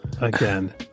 again